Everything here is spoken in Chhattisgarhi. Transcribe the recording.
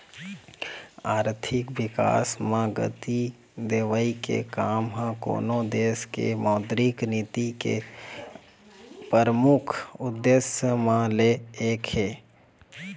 आरथिक बिकास म गति देवई के काम ह कोनो देश के मौद्रिक नीति के परमुख उद्देश्य म ले एक हे